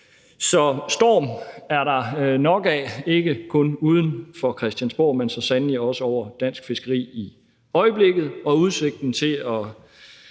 Så storm er der nok af, ikke kun uden for Christiansborg, men så sandelig også over dansk fiskeri i øjeblikket. Og udsigten til at